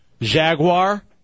Jaguar